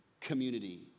community